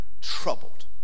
troubled